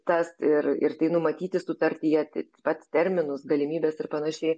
tas ir ir tai numatyti sutartyje taip pat terminus galimybes ir panašiai